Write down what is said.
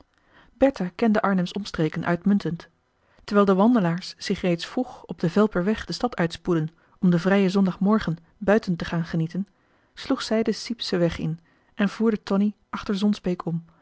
arnhems omstreken uitmuntend terwijl de wandelaars zich reeds vroeg op den velperweg marcellus emants een drietal novellen de stad uitspoedden om den vrijen zondag-morgen buiten te gaan genieten sloeg zij den zypschen weg in en voerde tonie achter